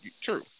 true